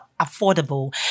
affordable